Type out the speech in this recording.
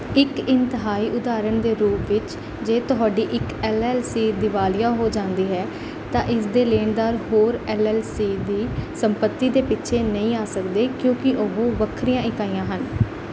ਇੱਕ ਇੰਤਹਾਈ ਉਦਾਹਰਣ ਦੇ ਰੂਪ ਵਿੱਚ ਜੇ ਤੁਹਾਡੀ ਇੱਕ ਐੱਲ ਐੱਲ ਸੀ ਦੀਵਾਲੀਆ ਹੋ ਜਾਂਦੀ ਹੈ ਤਾਂ ਇਸ ਦੇ ਲੈਣਦਾਰ ਹੋਰ ਐੱਲ ਐੱਲ ਸੀ ਦੀ ਸੰਪਤੀ ਦੇ ਪਿੱਛੇ ਨਹੀਂ ਆ ਸਕਦੇ ਕਿਉਂਕਿ ਉਹ ਵੱਖਰੀਆਂ ਇਕਾਈਆਂ ਹਨ